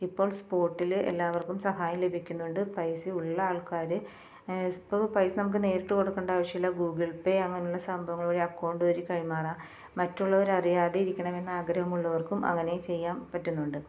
ഇപ്പോൾ സ്പോട്ടിൽ എല്ലാവർക്കും സഹായം ലഭിക്കുന്നുണ്ട് പൈസ ഉള്ള ആൾക്കാർ ഇപ്പോൾ പൈസ നമുക്ക് നേരിട്ട് കൊടുക്കേണ്ട ആവശ്യമില്ല ഗൂഗിൾ പേ അങ്ങനെ ഉള്ള സംഭവങ്ങൾ വഴി അക്കൗണ്ട് വഴി കൈമാറാം മറ്റുള്ളവർ അറിയാതെ ഇരിക്കണമെന്ന് ആഗ്രഹമുള്ളവർക്കും അങ്ങനെ ചെയ്യാം പറ്റുന്നുണ്ട്